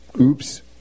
Oops